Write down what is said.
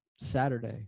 Saturday